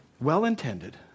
well-intended